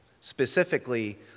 specifically